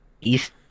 East